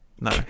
No